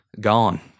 Gone